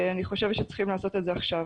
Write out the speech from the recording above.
אני חושבת שצריכים לעשות את זה עכשיו.